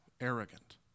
arrogant